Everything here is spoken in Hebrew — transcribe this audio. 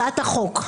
הצעת החוק.